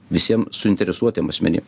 visiem suinteresuotiem asmenim